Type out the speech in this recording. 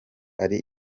ari